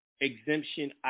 exemption